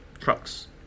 trucks